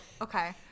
Okay